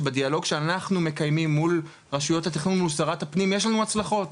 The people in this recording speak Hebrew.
שבדיאלוג שאנחנו מקיימים מול רשויות התכנון ושרת הפנים יש לנו הצלחות,